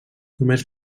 només